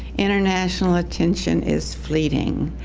international attention is fleeting.